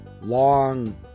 Long